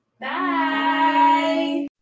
Bye